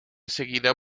seguida